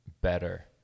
better